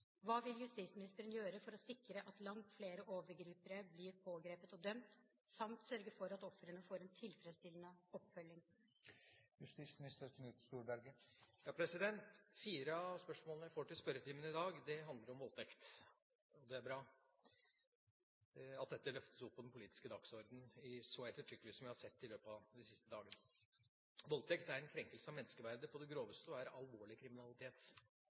Hva vil statsråden gjøre for å sikre at langt flere overgripere blir pågrepet og dømt, samt sørge for at ofrene får en tilfredsstillende oppfølging?» Fire av spørsmålene jeg får til spørretimen i dag, handler om voldtekt. Det er bra at dette løftes opp på den politiske dagsordenen så ettertrykkelig som vi har sett det i løpet av de siste dagene. Voldtekt er en krenkelse av menneskeverdet på det groveste og er alvorlig kriminalitet.